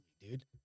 dude